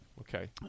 Okay